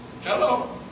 Hello